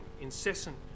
incessant